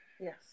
Yes